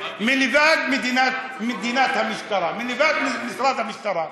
מלבד משרד המשטרה?